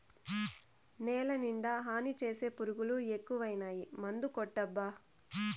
నేలనిండా హాని చేసే పురుగులు ఎక్కువైనాయి మందుకొట్టబ్బా